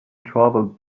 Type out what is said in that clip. traveled